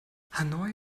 hanoi